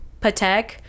Patek